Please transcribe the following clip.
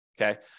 okay